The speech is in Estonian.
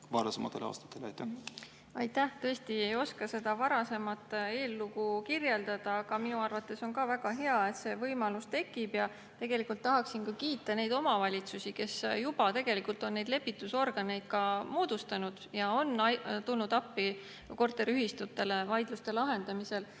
Aitäh! Tõesti ei oska seda varasemat eellugu kirjeldada, aga minu arvates on ka väga hea, et see võimalus tekib. Ja tahaksin kiita neid omavalitsusi, kes juba tegelikult on neid lepitusorganeid ka moodustanud ja tulnud appi korteriühistutele vaidluste lahendamisel.